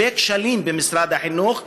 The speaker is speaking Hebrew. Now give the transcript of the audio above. הרבה כשלים במשרד החינוך,